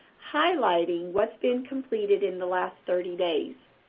highlighting what's been completed in the last thirty days.